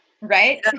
Right